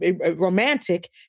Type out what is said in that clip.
romantic